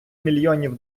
мільйонів